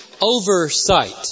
oversight